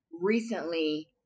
recently